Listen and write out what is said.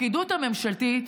הפקידות הממשלתית,